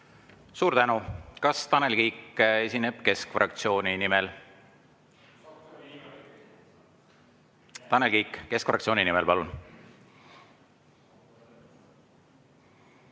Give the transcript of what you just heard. Suur tänu! Kas Tanel Kiik esineb keskfraktsiooni nimel? Tanel Kiik, keskfraktsiooni nimel, palun!